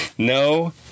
No